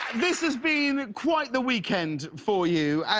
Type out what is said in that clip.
this has been quite the weekend for you.